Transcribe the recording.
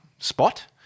Spot